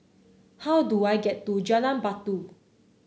how do I get to Jalan Batu